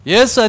Yes